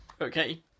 okay